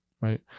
right